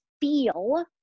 feel